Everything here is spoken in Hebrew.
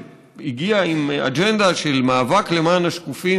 שהגיעה עם אג'נדה של מאבק למען השקופים